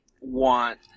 want